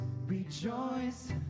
rejoice